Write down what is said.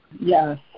Yes